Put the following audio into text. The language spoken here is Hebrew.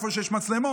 איפה שיש מצלמות,